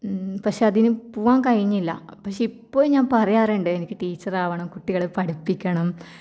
പക്ഷേ അതിന് പോവാൻ കഴിഞ്ഞില്ല പക്ഷേ ഇപ്പോൾ ഞാൻ പറയാറുണ്ട് എനിക്ക് ടീച്ചർ ആവണം കുട്ടികളെ പഠിപ്പിക്കണം